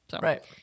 Right